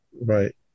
Right